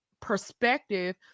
perspective